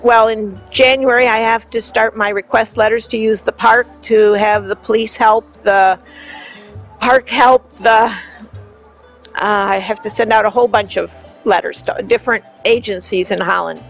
well in january i have to start my request letters to use the park to have the police help art help i have to send out a whole bunch of letters to different agencies in holland